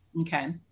Okay